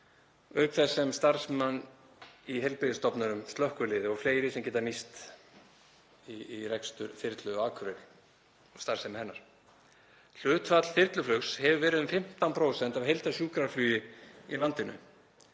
auk þess sem starfsmenn á heilbrigðisstofnunum, slökkviliði og fleiri geta nýst í rekstur þyrlu á Akureyri og starfsemi hennar. Hlutfall þyrluflugs hefur verið um 15% af heildarsjúkraflugi í landinu.